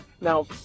now